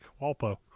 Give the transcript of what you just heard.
Walpo